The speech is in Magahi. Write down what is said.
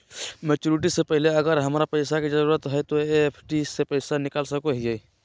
मैच्यूरिटी से पहले अगर हमरा पैसा के जरूरत है तो एफडी के पैसा निकल सको है?